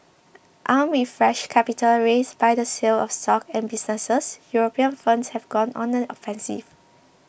armed with fresh capital raised by the sale of stock and businesses European firms have gone on the offensive